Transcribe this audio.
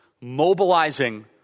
mobilizing